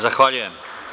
Zahvaljujem.